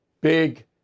Big